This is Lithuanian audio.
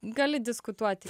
gali diskutuoti